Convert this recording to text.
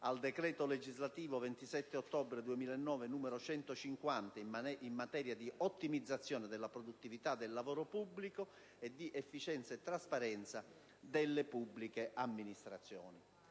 al decreto legislativo 27 ottobre 2009, n. 150, in materia di ottimizzazione della produttività del lavoro pubblico e di efficienza e trasparenza delle pubbliche amministrazioni.